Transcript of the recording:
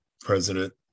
President